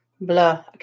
Blah